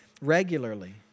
regularly